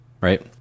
right